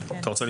הכנסת.